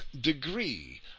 degree